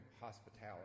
hospitality